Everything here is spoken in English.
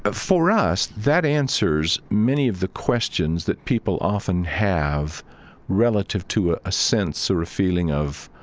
ah for us, that answers many of the questions that people often have relative to ah a sense or a feeling of